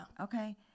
okay